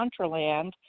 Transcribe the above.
Contraland